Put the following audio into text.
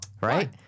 right